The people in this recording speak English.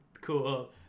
Cool